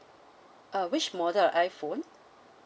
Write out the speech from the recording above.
uh which model of iphone